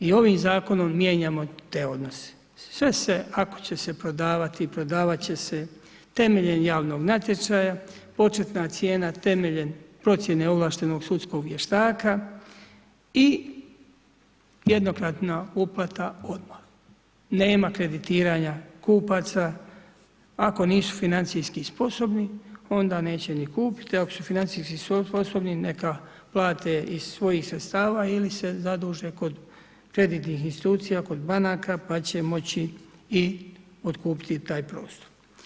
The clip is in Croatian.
I ovim zakonom mijenjamo taj odnos, sve se ako će se prodavati, prodavati će se temeljem javnog natječaja, početna cijena temeljem procjene ovlaštenog sudskog vještaka i jednokratna uplata odmah, nema kreditiranja kupaca, ako nisu financijski sposobni onda neće ni kupiti, ako su financijski sposobni neka plate iz svojih sredstava ili se zaduže kod kreditnih institucija, kod banaka pa će moći i otkupiti taj prostor.